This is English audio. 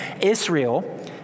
Israel